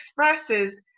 expresses